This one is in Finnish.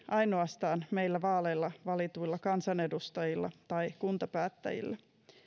ainoastaan meillä vaaleilla valituilla kansanedustajilla tai kuntapäättäjillä